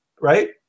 Right